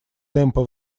темпы